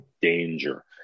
danger